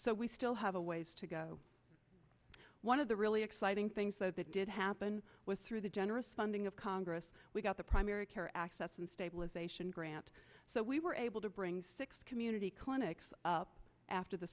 so we still have a ways to go one of the really excite things that did happen was through the generous funding of congress we got the primary care access and stabilization grant so we were able to bring six community clinics up after the